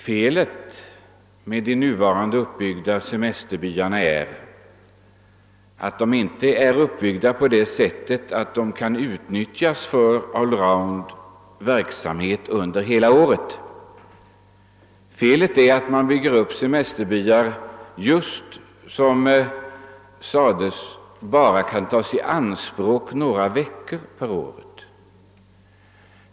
Felet med de nuvarande semesterbyarna är att de inte är så inrättade, att de kan utnyttjas för all round verksamhet under hela året. Felet är att man bygger upp semesterbyar vilka som det sagts här — bara kan tas i anspråk under några veckor per år.